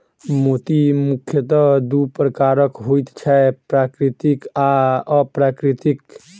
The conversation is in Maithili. मोती मुखयतः दू प्रकारक होइत छै, प्राकृतिक आ अप्राकृतिक